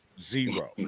zero